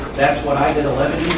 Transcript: that's what i did eleven